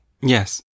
Yes